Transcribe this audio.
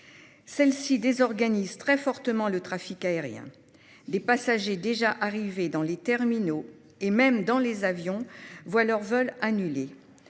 Celles-ci désorganisent très fortement le trafic aérien. Des passagers déjà arrivés dans les terminaux, voire dans les avions, voient leur vol annulé.